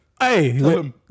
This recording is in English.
Hey